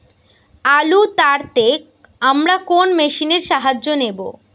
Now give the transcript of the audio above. আলু তাড়তে আমরা কোন মেশিনের সাহায্য নেব?